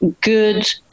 good